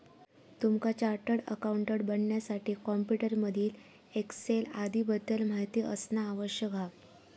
तुमका chartered accountant बनण्यासाठी computer मधील एक्सेल आदीं बद्दल माहिती असना आवश्यक हा